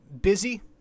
Busy